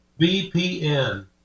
VPN